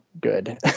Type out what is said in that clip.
good